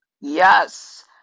Yes